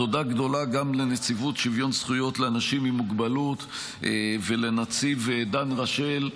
תודה גדולה גם לנציבות שוויון הזכויות לאנשים עם מוגבלות ולנציב דן רשל,